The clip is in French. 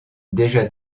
déjà